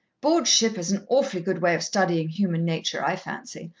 board ship is an awfully good way of studying human nature, i fancy,